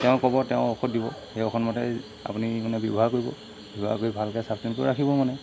তেওঁ ক'ব তেওঁ ঔষধ দিব সেই ঔষধ মতেই আপুনি মানে ব্যৱহাৰ কৰিব ব্যৱহাৰ কৰি ভালকৈ চাফ চিকুণ কৰি ৰাখিব মানে